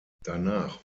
danach